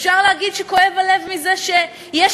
אפשר להגיד שכואב הלב מזה שיש